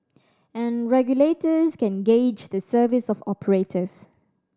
and regulators can gauge the service of operators